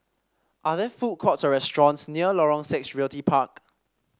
are there food courts or restaurants near Lorong Six Realty Park